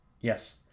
yes